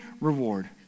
reward